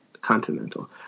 continental